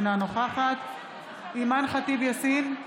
אינה נוכחת אימאן ח'טיב יאסין,